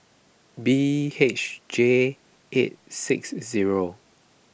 B H J eight six zero